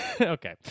okay